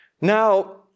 now